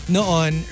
Noon